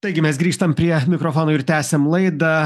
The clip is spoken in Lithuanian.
taigi mes grįžtam prie mikrofono ir tęsiam laidą